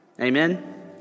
Amen